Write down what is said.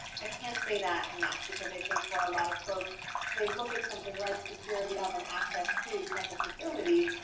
i can't say that enough, because i think for a lot of folks they look at something like security of an access to campus facilities,